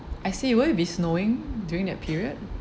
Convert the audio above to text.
I see will it be snowing during that period